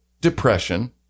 depression